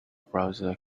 browser